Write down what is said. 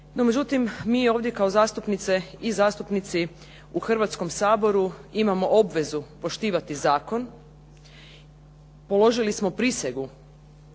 međutim, mi ovdje kao zastupnice i zastupnici u Hrvatskom saboru imamo obvezu poštivati zakon, položili smo prisegu